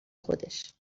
خودش